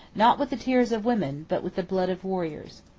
not with the tears of women, but with the blood of warriors.